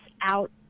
out